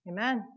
Amen